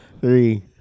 Three